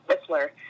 Whistler